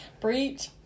Breach